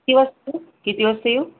किती वाजता किती वाजता येऊ